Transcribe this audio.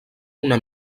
una